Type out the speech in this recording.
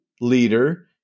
leader